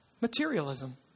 materialism